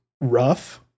rough